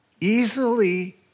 easily